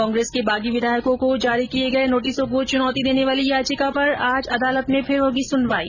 कांग्रेस के बागी विधायकों को जारी किए गए नोटिसों को चुनौती देने वाली याचिका पर आज अदालत में फिर होगी सुनवाई